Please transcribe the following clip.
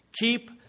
keep